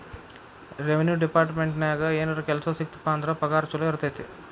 revenue ಡೆಪಾರ್ಟ್ಮೆಂಟ್ನ್ಯಾಗ ಏನರ ಕೆಲ್ಸ ಸಿಕ್ತಪ ಅಂದ್ರ ಪಗಾರ ಚೊಲೋ ಇರತೈತಿ